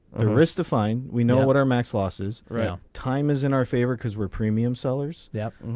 ah risk defined we know what our max losses right now time is in our favor because we're premium sellers yeah.